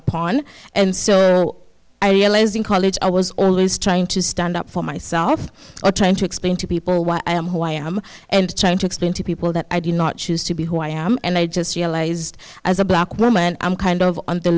upon and so i realized in college i was always trying to stand up for myself or trying to explain to people why i am who i am and trying to explain to people that i do not choose to be who i am and i just realized as a black woman i'm kind of on the